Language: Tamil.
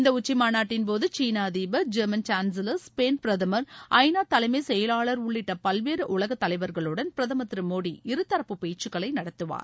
இந்த உச்சிமாநாட்டின்போது சீன அதிபர் ஜெர்மன் சான்சிலர் ஸ்பெயின் பிரதமர் ஐநா தலைஎமச் செயலாளர் உள்ளிட்ட பல்வேறு உலகத் தலைவர்களுடன் பிரதமர் திரு மோடி இருதரப்பு பேச்சக்களை நடத்துவார்